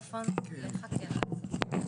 ולהדבקה.